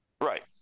Right